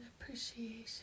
appreciation